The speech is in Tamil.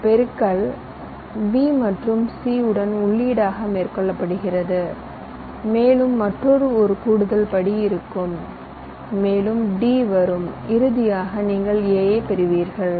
இந்த பெருக்கல் b மற்றும் c உடன் உள்ளீடுகளாக மேற்கொள்ளப்படுகிறது மேலும் மற்றொரு கூடுதல் படி இருக்கும் இது வரும் மேலும் d வரும் இறுதியாக நீங்கள் a பெறுவீர்கள்